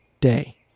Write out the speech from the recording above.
day